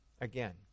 Again